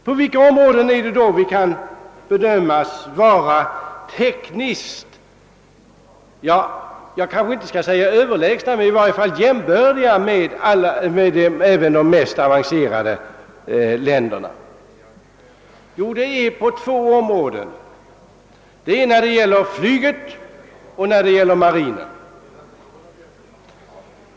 På vilka områden kan vi bedömas vara tekniskt om inte överlägsna så i varje fall jämbördiga med även de mest avancerade länderna? Det är på två områden: flyget och marinen.